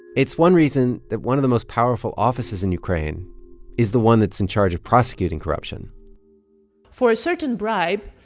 it's one reason that one of the most powerful offices in ukraine is the one that's in charge of prosecuting corruption for a certain bribe,